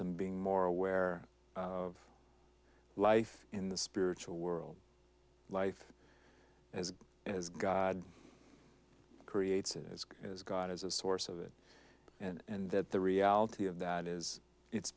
and being more aware of life in the spiritual world life as it is god creates it as is god as a source of it and that the reality of that is it's